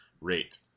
rate